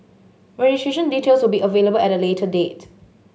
registration details will be available at a later date